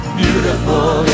beautiful